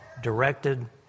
directed